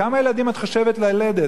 כמה ילדים את חושבת ללדת?